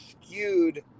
skewed